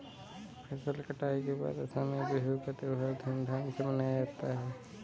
फसल कटाई के बाद असम में बिहू का त्योहार धूमधाम से मनाया जाता है